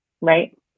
right